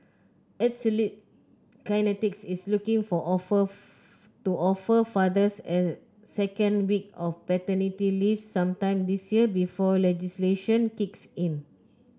Absolute Kinetics is looking for offer of to offer fathers a second week of paternity leave sometime this year before legislation kicks in